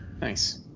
Nice